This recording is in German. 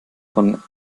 von